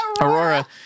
Aurora